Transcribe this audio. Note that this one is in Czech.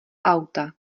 auta